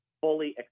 fully